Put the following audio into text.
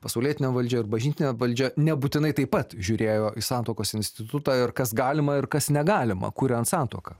pasaulietinė valdžia ir bažnytinė valdžia nebūtinai taip pat žiūrėjo į santuokos institutą ir kas galima ir kas negalima kuriant santuoką